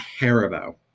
Haribo